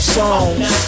songs